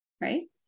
Right